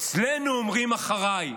ואצלנו אומרים: אחריי.